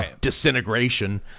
disintegration